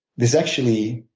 there's actually